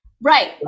Right